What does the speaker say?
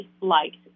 liked